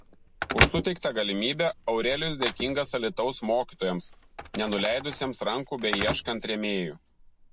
už suteiktą galimybę aurelijus dėkingas alytaus mokytojams nenuleidusiems rankų beieškant rėmėjų